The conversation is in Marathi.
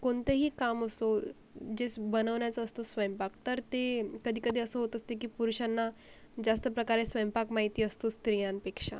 कोणतंही काम असो जेस् बनवण्याचं असतो स्वयंपाक तर ते कधी कधी असं होत असते की पुरुषांना जास्त प्रकारे स्वैंपाक माहिती असतो स्त्रियांपेक्षा